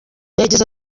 yagize